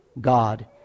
God